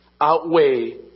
outweigh